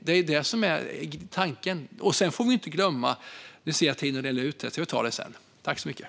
Det är tanken.